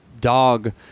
dog